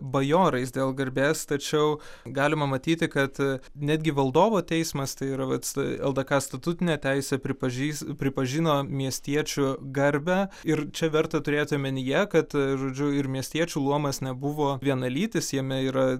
bajorais dėl garbės tačiau galima matyti kad netgi valdovo teismas tai yra vat ldk statutine teise pripažįs pripažino miestiečių garbę ir čia verta turėti omenyje kad žodžiu ir miestiečių luomas nebuvo vienalytis jame yra